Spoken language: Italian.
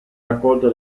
raccolta